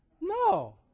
No